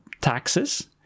taxes